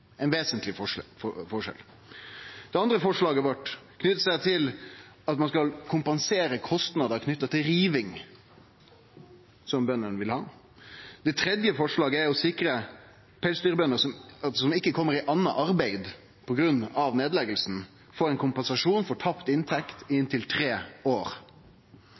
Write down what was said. ein vesentleg forskjell. Det andre forslaget vårt knyter seg til at ein skal kompensere bøndene for kostnader knytte til riving. Det tredje forslaget er å sikre at pelsdyrbønder som ikkje kjem i anna arbeid på grunn av nedlegginga, får ein kompensasjon for tapt inntekt i inntil tre år.